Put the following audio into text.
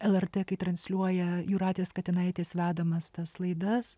lrt transliuoja jūratės katinaitės vedamas tas laidas